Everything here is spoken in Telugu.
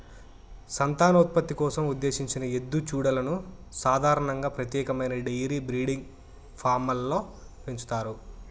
సంతానోత్పత్తి కోసం ఉద్దేశించిన ఎద్దు దూడలను సాధారణంగా ప్రత్యేకమైన డెయిరీ బ్రీడింగ్ ఫామ్లలో పెంచుతారు